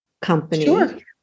company